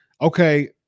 okay